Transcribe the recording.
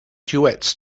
duets